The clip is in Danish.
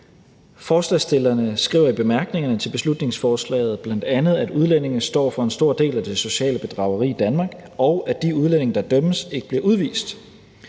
Forslagsstillerne skriver i bemærkningerne til beslutningsforslaget bl.a., at udlændinge står for en stor del at det sociale bedrageri i Danmark, og at de udlændinge, der dømmes, ikke bliver udvist.